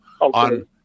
on